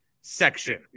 section